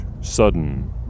sudden